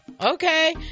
Okay